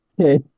Okay